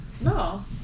No